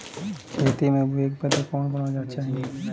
खेती में उपयोग बदे कौन कौन औजार चाहेला?